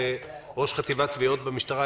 ראש חטיבת תביעות במשטרה.